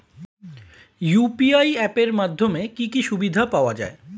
UPI app এর মাধ্যমে কি কি সুবিধা পাওয়া যায়?